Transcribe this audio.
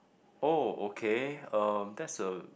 oh okay um that's a